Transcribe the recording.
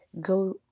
go